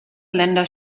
länder